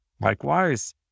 Likewise